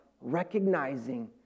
recognizing